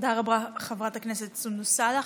תודה רבה, חברת הכנסת סונדוס סאלח.